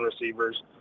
receivers